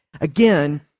again